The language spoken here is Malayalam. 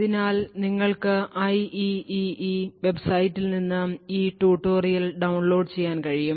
അതിനാൽ നിങ്ങൾക്ക് ഐഇഇഇ വെബ്സൈറ്റിൽ നിന്ന് ഈ ട്യൂട്ടോറിയൽ ഡൌൺലോഡ് ചെയ്യാൻ കഴിയും